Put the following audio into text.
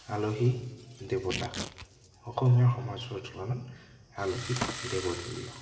আলহী দেৱতা অসমীয়া সমাজৰ তুলনাত আলহী দেৱতুল্য